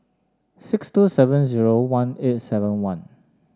six two seven zero one eight seven one